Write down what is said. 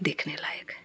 देखने लायक है